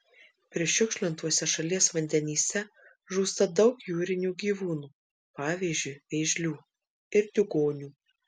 prišiukšlintuose šalies vandenyse žūsta daug jūrinių gyvūnų pavyzdžiui vėžlių ir diugonių